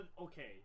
Okay